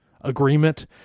agreement